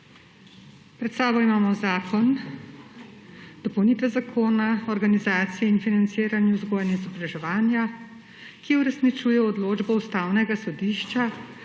Pred sabo imamo Predlog zakona o dopolnitvi Zakona o organizaciji in financiranju vzgoje in izobraževanja, ki uresničuje odločbo Ustavnega sodišča